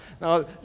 Now